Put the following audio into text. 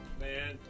Man